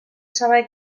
saber